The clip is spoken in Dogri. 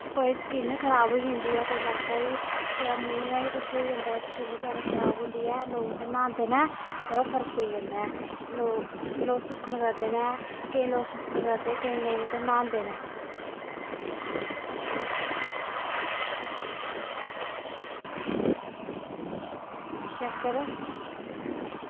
कोई स्किन खराब होई जंदी ऐ लत्ता दी कुतै मूंहा गी किश होई जंदा ऐ स्किन बगैरा खराब होंदी ऐ लोग उत्थै न्हांदे न थोह्ड़ा फर्क पेई जंदा ऐ लोग सुक्खन करदे न केईं लोग सुक्खन करदे केईं लोग उत्थै न्हांदे न सुक्खन पूरी शक्कर